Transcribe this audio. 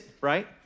right